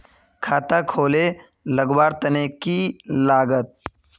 खाता खोले लगवार तने की लागत?